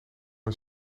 een